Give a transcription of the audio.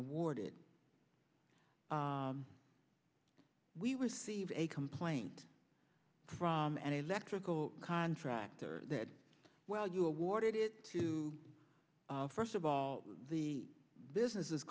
awarded we received a complaint from an electrical contractor that well you awarded it to first of all the business